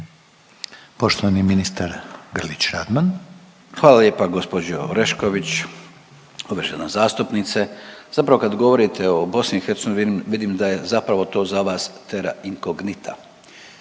Radman, Gordan (HDZ)** Hvala lijepo gospođo Orešković, uvažena zastupnice. Zapravo kad govorite o BiH vidim da je zapravo to za vas terra inkognita,